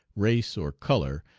race, or color,